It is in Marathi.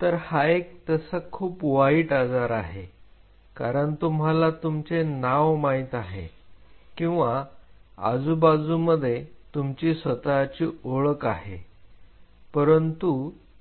तर हा एक तसा खूप वाईट आजार आहे कारण तुम्हाला तुमचे नाव माहीत आहे किंवा आजुबाजू मध्ये तुमची स्वतःची ओळख आहे परंतु